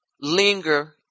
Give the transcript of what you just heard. linger